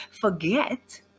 forget